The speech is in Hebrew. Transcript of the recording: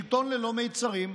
שלטון ללא מצרים,